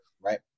right